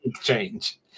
change